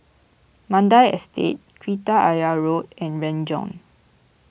Mandai Estate Kreta Ayer Road and Renjong